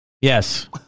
Yes